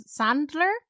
Sandler